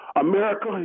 America